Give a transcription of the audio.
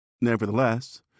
Nevertheless